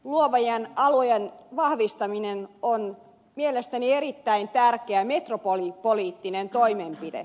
luovien alojen vahvistaminen on mielestäni erittäin tärkeä metropolipoliittinen toimenpide